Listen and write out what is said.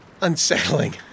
unsettling